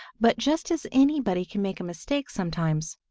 but just as anybody can make a mistake sometimes,